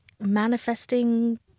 manifesting